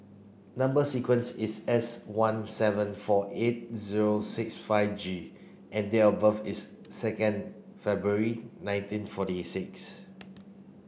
number sequence is S one seven four eight zero six five G and date of birth is second February nineteen forty six